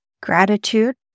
gratitude